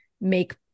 make